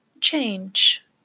change